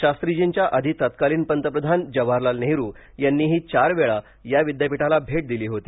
शास्त्रीजींच्या आधी तत्कालीन पंतप्रधान जवाहरलाल नेहरू यांनीही चार वेळा या विद्यापीठाला भेट दिली होती